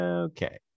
okay